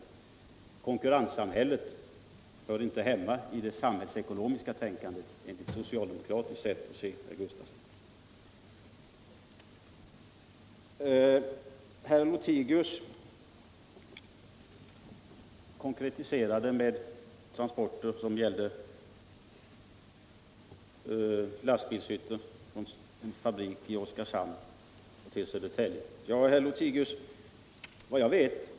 men konkurrenssamhället hör inte hemma i samhällsekonomiskt tänkande, enligt socialdemokratiskt sätt att sc, herr Gustafson. Herr Lothigius tog sedan lastbilstransporterna från Oskarshamn till Södertälje som exempel i frågan om fordonslängderna.